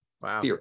Wow